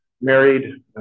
Married